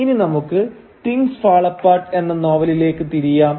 ഇനി നമുക്ക് things fall apart എന്ന നോവലിലേക്ക് തിരിയാം